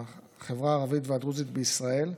בחברה הערבית והדרוזית בישראל.